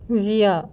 siap